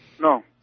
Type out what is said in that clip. No